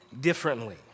differently